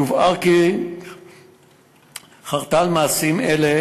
יובהר כי חרטה על מעשים אינה